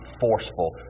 forceful